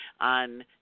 on